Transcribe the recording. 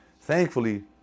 thankfully